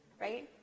right